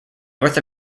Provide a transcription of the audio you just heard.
north